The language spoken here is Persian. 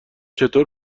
چطور